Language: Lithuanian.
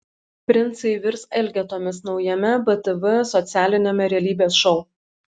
princai virs elgetomis naujame btv socialiniame realybės šou